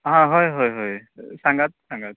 हां हय हय हय सांगात सांगात